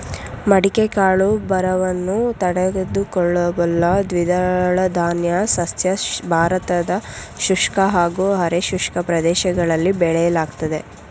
ಮಡಿಕೆ ಕಾಳು ಬರವನ್ನು ತಡೆದುಕೊಳ್ಳಬಲ್ಲ ದ್ವಿದಳಧಾನ್ಯ ಸಸ್ಯ ಭಾರತದ ಶುಷ್ಕ ಹಾಗೂ ಅರೆ ಶುಷ್ಕ ಪ್ರದೇಶಗಳಲ್ಲಿ ಬೆಳೆಯಲಾಗ್ತದೆ